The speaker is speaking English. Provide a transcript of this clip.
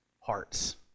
hearts